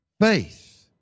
faith